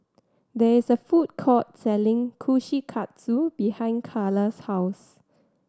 there is a food court selling Kushikatsu behind Karla's house